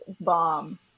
bomb